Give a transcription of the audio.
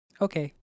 okay